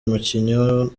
umukinnyi